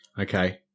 Okay